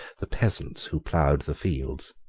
the peasants who ploughed the fields.